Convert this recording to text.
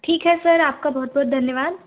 ठीक है सर आपका बहुत बहुत धन्यवाद